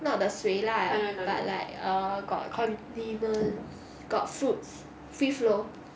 not the 水 lah but like err got condiments got fruits free flow